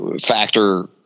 factor